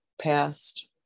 past